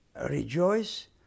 rejoice